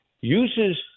uses